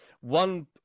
one